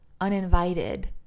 uninvited